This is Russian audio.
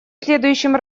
следующем